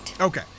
okay